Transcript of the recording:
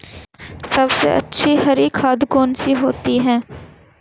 सबसे अच्छी हरी खाद कौन सी होती है?